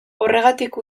horregatik